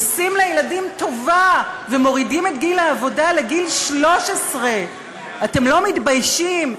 עושים לילדים טובה ומורידים את גיל העבודה לגיל 13. אתם לא מתביישים?